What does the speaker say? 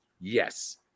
Yes